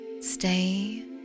Stay